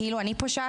כאילו אני פושעת,